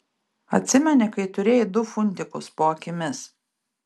atsimeni kai turėjai du funtikus po akimis